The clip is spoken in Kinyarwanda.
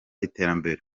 iterambere